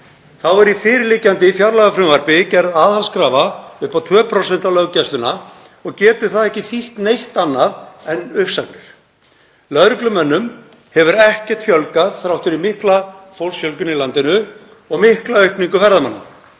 bætt. Í fyrirliggjandi fjárlagafrumvarpi er gerð aðhaldskrafa upp á 2% á löggæsluna og getur það ekki þýtt neitt annað en uppsagnir. Lögreglumönnum hefur ekkert fjölgað þrátt fyrir mikla fólksfjölgun í landinu og mikla aukningu ferðamanna.